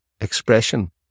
expression